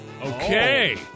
Okay